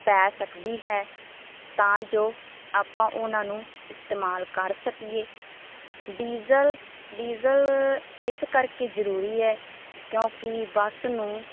ਪੈ ਸਕਦੀ ਹੈ ਤਾਂ ਜੋ ਆਪਾਂ ਉਨ੍ਹਾਂ ਨੂੰ ਇਸਤੇਮਾਲ ਕਰ ਸਕੀਏ ਡੀਜ਼ਲ ਡੀਜ਼ਲ ਇਸ ਕਰਕੇ ਜ਼ਰੂਰੀ ਹੈ ਕਿਉਂਕਿ ਬੱਸ ਨੂੰ